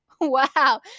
Wow